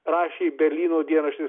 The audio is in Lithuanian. rašė berlyno dienraštis